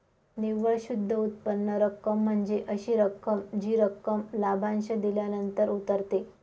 निव्वळ शुद्ध उत्पन्न रक्कम म्हणजे अशी रक्कम जी रक्कम लाभांश दिल्यानंतर उरते